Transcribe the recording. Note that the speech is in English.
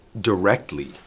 directly